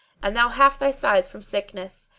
and thou half thy size from sickness.